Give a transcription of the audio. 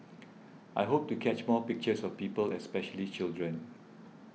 I hope to catch more pictures of people especially children